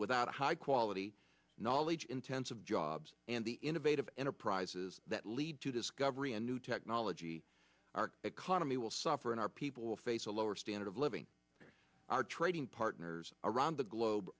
without high quality knowledge intensive jobs and the innovative enterprises that lead to discovery and new technology our economy will suffer and our people will face a lower standard of living our trading partners around the globe